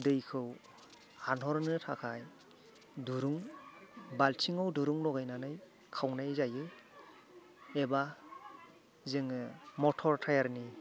दैखौ हानहरनो थाखाय दुरुं बालथिंआव दुरूं लागायनानै खावनाय जायो एबा जोङो मटर टायार नि